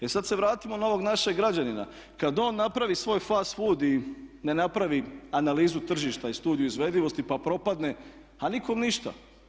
E sada se vratimo na ovog našeg građanina, kada on napravi svoj fast food i ne napravi analizu tržišta i studiju izvedivosti pa propadne, a nikom ništa.